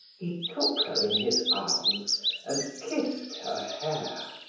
he took her in his arms and kissed her hair.